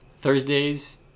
Thursdays